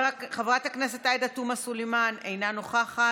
חברת הכנסת עאידה תומא סלימאן, אינה נוכחת,